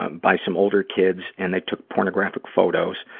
um by some older kids and they took pornographic photos.